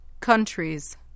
Countries